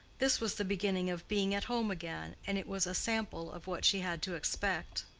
this was the beginning of being at home again, and it was a sample of what she had to expect.